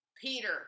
Peter